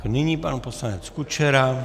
Nyní pan poslanec Kučera.